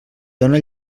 dóna